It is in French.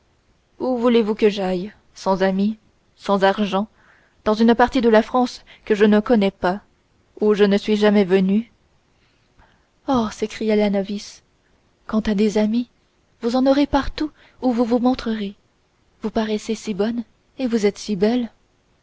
où voulez-vous que j'aille sans amis sans argent dans une partie de la france que je ne connais pas où je ne suis jamais venue oh s'écria la novice quant à des amis vous en aurez partout où vous vous montrerez vous paraissez si bonne et vous êtes si belle